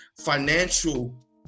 financial